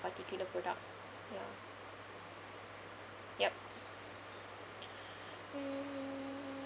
particular product ya yup hmm